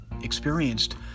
experienced